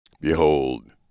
Behold